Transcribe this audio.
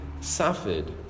suffered